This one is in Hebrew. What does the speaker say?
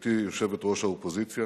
גברתי יושבת-ראש האופוזיציה,